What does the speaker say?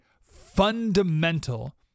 fundamental